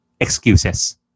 excuses